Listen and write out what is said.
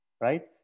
right